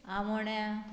आमोण्या